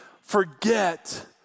forget